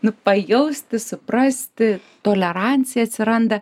nu pajausti suprasti tolerancija atsiranda